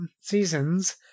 seasons